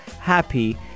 happy